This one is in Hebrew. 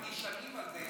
בפרט שאנחנו נשענים על זה,